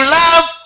love